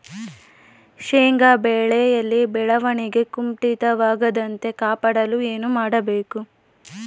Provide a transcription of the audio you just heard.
ಶೇಂಗಾ ಬೆಳೆಯಲ್ಲಿ ಬೆಳವಣಿಗೆ ಕುಂಠಿತವಾಗದಂತೆ ಕಾಪಾಡಲು ಏನು ಮಾಡಬೇಕು?